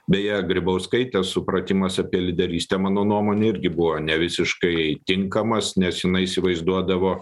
beje grybauskaitės supratimas apie lyderystę mano nuomone irgi buvo ne visiškai tinkamas nes jinai įsivaizduodavo